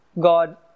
God